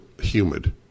humid